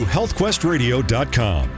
HealthQuestRadio.com